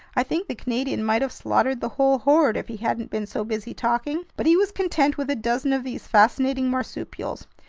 i think the canadian might have slaughtered the whole horde, if he hadn't been so busy talking! but he was content with a dozen of these fascinating marsupials,